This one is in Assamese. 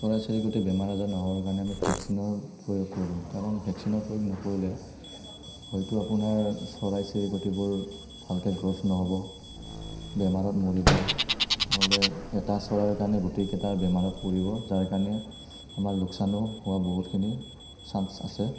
চৰাই চিৰিকটিৰ বেমাৰ আজাৰ নহ'বৰ কাৰণে আমি ভেক্সিনৰ প্ৰয়োগ কৰোঁ কাৰণ ভেক্সিনৰ প্ৰয়োগ নকৰিলে হয়তো আপোনাৰ চৰাই চিৰিকটিবোৰ ভালকে গ্ৰ'থ নহ'ব বেমাৰত মৰিব নহ'লে এটা চৰাইৰ কাৰণে গোটেইকেইটা বেমাৰত পৰিব যাৰ কাৰণে আমাৰ লোকচানো হোৱা বহুতখিনি চাঞ্চ আছে